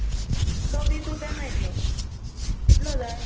तो वीस रुपयान मेळटलो कितलो जाय